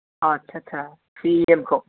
आतसा आतसा थ्रि एमखौ